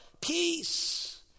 peace